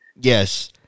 Yes